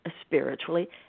spiritually